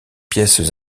pièces